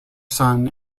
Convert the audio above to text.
son